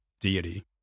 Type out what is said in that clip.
deity